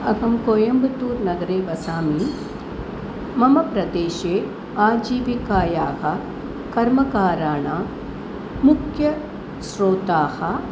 अहं कोयम्बतूर्नगरे वसामि मम प्रदेशे आजीविकायाः कर्मकाराणां मुख्यस्रोतः